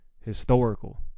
Historical